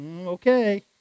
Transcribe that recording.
Okay